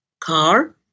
car